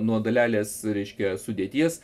nuo dalelės reiškia sudėties